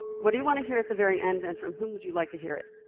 what do you want to hear at the very end, and from whom would you like to hear it?